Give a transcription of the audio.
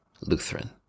Lutheran